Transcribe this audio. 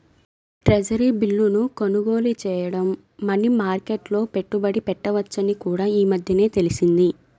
treasury బిల్లును కొనుగోలు చేయడం మనీ మార్కెట్లో పెట్టుబడి పెట్టవచ్చని కూడా ఈ మధ్యనే తెలిసింది